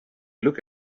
look